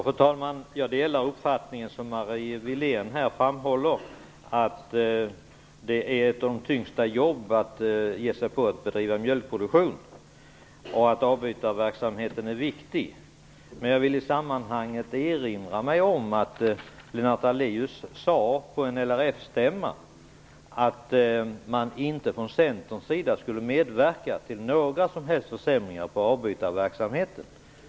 Fru talman! Jag delar Marie Wiléns uppfattning, att det är ett av de tyngsta jobben att driva mjölkproduktion och att avbytarverksamheten är viktig. Men jag vill i sammanhanget erinra om att Lennart Daléus på en LRF-stämma sade att Centern inte skulle medverka till några som helst försämringar i avbytarverksamheten.